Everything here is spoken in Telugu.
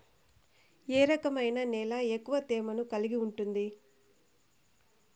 ఏ రకమైన నేల ఎక్కువ తేమను కలిగి ఉంటుంది?